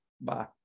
Bye